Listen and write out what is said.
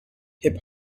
hip